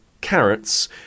carrots